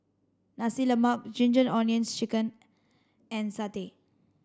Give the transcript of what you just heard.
Nasi Lemak ginger onions chicken and satay